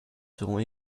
seront